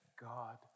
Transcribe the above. God